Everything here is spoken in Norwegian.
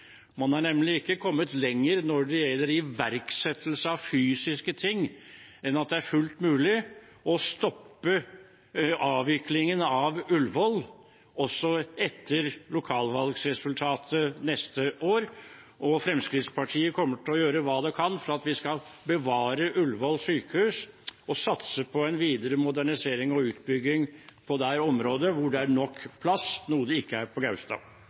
Man har nemlig ikke kommet lenger når det gjelder iverksettelse av fysiske ting, enn at det er fullt mulig å stoppe avviklingen av Ullevål også etter at lokalvalgresultatet foreligger neste år. Fremskrittspartiet kommer til å gjøre hva det kan for at vi skal bevare Ullevål sykehus og satse på en videre modernisering og utbygging på det området, hvor det er nok plass, noe det ikke er på Gaustad.